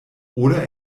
oder